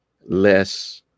less